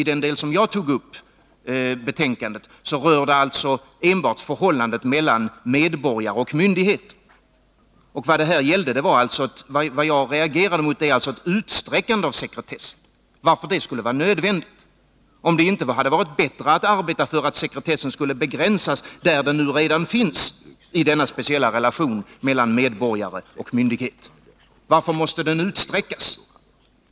I den del som jag tog upp berör betänkandet enbart förhållandet mellan medborgare och myndighet. Vad jag reagerat mot är alltså ett utsträckande av sekretessen — varför det skulle vara nödvändigt. Hade det inte varit bättre att arbeta för att sekretessen skulle begränsas där den redan finns, i den speciella relationen mellan medborgare och myndighet? Varför måste sekretessen utsträckas?